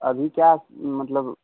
अभी क्या मतलब